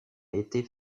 été